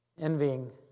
envying